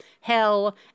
hell